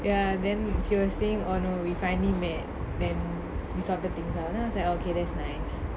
ya then she was saying oh no we finally met then we sorted things out then I was like okay that's nice